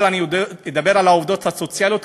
אבל אני אדבר על העובדות הסוציאליות,